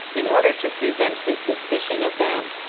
in order to prevent his suspicion of them.